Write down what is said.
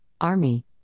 army